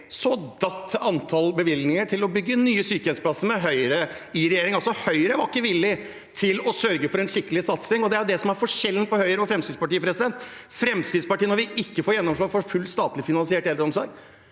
datt antallet bevilgninger til å bygge nye sykehjemsplasser – med Høyre i regjering. Høyre var ikke villig til å sørge for en skikkelig satsing. Det er det som er forskjellen på Høyre og Fremskrittspartiet. Når Fremskrittspartiet ikke får gjennomslag for full statlig finansiert eldreomsorg,